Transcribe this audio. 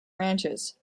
ranches